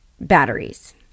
batteries